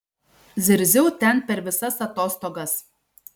zirziau ten per visas atostogas